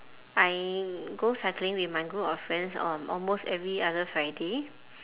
I go cycling with my group of friends on almost every other friday